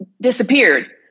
disappeared